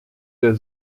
der